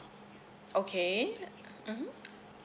okay mmhmm